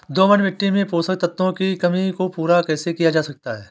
दोमट मिट्टी में पोषक तत्वों की कमी को पूरा कैसे किया जा सकता है?